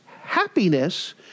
happiness